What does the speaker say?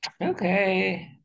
Okay